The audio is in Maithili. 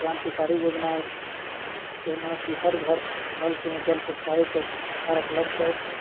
क्रान्तिकारी योजना अछि जाहिमे की हर घर नलसँ जल पहुँचाबैके सरकारक लक्ष्य अछि